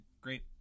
great